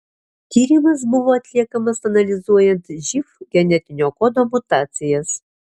tyrimas buvo atliekamas analizuojant živ genetinio kodo mutacijas